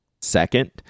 second